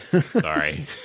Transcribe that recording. sorry